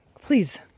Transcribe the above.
Please